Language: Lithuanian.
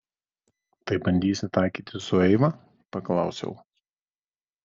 tai bandysi taikytis su eiva paklausiau